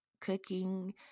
cooking